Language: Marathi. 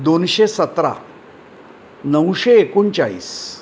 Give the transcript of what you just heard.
दोनशे सतरा नऊशे एकोणचाळीस